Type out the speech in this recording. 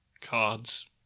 Cards